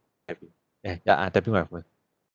have yeah ya I'm tapping my phone